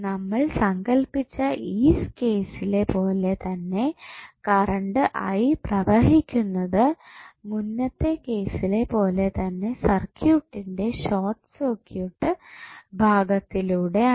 നമ്മൾ സങ്കല്പിച്ച ഈ കേസിലെ പോലെ തന്നെ കറണ്ട് I പ്രവഹിക്കുന്നത് മുന്നത്തെ കേസിലെ പോലെത്തന്നെ സർക്യൂട്ടിന്റെ ഷോർട്ട് സർക്യൂട്ട് ഭാഗത്തിലൂടെയാണ്